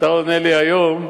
אתה עונה לי היום.